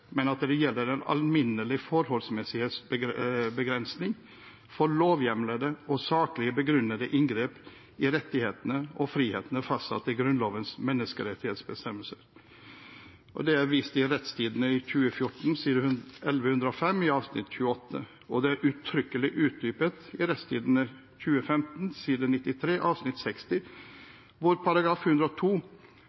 men at det gjelder en alminnelig forholdsmessighetsbegrensning for lovhjemlede og saklig begrunnede inngrep i rettighetene og frihetene fastsatt i Grunnlovens menneskerettighetsbestemmelse. Det er vist til Retstidende 2014, side 1105, avsnitt 28, og det er uttrykkelig utdypet i Retstidende 2015, side 93, avsnitt 60,